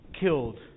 killed